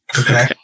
Okay